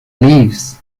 leaves